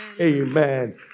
Amen